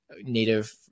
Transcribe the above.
native